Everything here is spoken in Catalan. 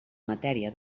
matèria